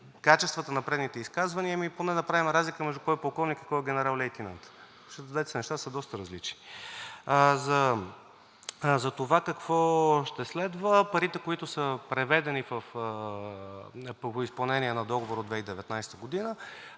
качествата на предните изказвания, поне да правим разлика между кой е полковник и кой е генерал-лейтенант, защото двете неща са доста различни. За това какво ще следва. Парите, които са преведени по изпълнение на Договора от 2019 г.,